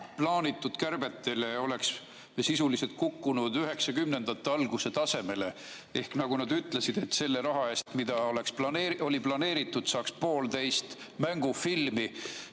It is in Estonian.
plaanitud kärbete tõttu oleks me sisuliselt kukkunud 1990-ndate alguse tasemele. Ehk nagu nad ütlesid, selle raha eest, mida oli planeeritud, saaks poolteist mängufilmi,